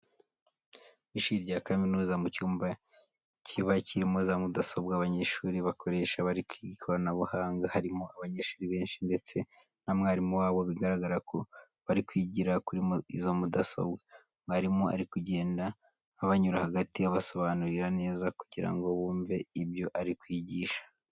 Mu ishuri rya kaminuza, mu cyumba kiba kirimo za mudasobwa abanyeshuri bakoresha bari kwiga ikoranabuhanga, harimo abanyeshuri benshi ndetse na mwarimu wabo bigaragara ko bari kwigira kuri izo mudasobwa. Mwarimu ari kugenda abanyura hagati abasobanurira neza kugira ngo bumve ibyo ari kwigisha.